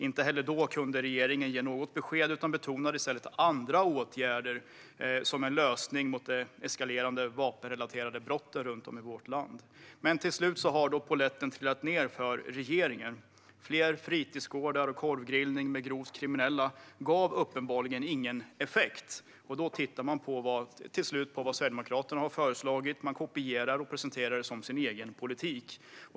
Inte heller då kunde regeringen ge något besked utan betonade i stället andra åtgärder som lösning på de eskalerande vapenrelaterade brotten runt om i vårt land. Slutligen har dock polletten trillat ned för regeringen. Fler fritidsgårdar och korvgrillning med grovt kriminella gav uppenbarligen ingen effekt. Då tittar man till slut på vad Sverigedemokraterna har föreslagit, och man kopierar och presenterar det som sin egen politik.